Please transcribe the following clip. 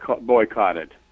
boycotted